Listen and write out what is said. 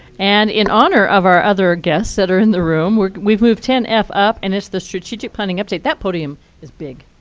and in honor of our other guests that are in the room, we've moved ten f up. and it's the strategic planning update. that podium is big.